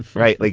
right. like